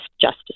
Justice